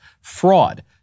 Fraud